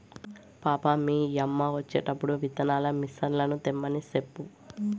పాపా, మీ యమ్మ వచ్చేటప్పుడు విత్తనాల మిసన్లు తెమ్మని సెప్పు